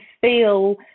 feel